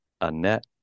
Annette